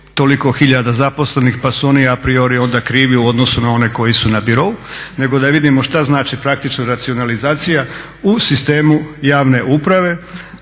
toliko hiljada zaposlenih pa su oni apriori onda krivi u odnosu na one koji su na birou nego da vidimo šta znači praktično racionalizacija u sistemu javne uprave.